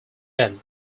end